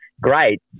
great